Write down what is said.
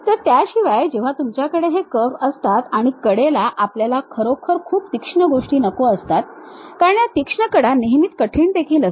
तर त्याशिवाय जेव्हा तुमच्याकडे हे कर्व असतात आणि कडेला आपल्याला खरोखर खूप तीक्ष्ण गोष्टी नको असतात कारण या तीक्ष्ण कडा नेहमी कठीण देखील असतात